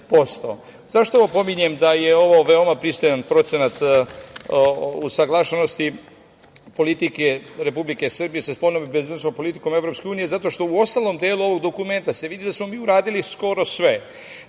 ovo pominjem da je ovo veoma pristojan procenat usaglašenosti politike Republike Srbije sa spoljnom i bezbednosnom politikom EU. Zato što u ostalom delu ovog dokumenta se vidi da smo mi uradili skoro sve,